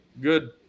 good